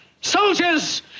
Soldiers